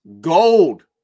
gold